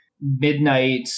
midnight